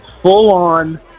full-on